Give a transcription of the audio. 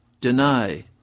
deny